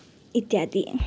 इत्यादि